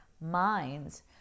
minds